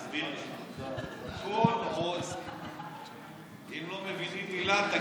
תסביר לה: כל עוד, ואם לא מבינים מילה, תגיד לה.